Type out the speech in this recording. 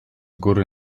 góry